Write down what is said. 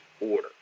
order